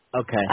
Okay